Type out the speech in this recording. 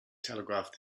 telegraph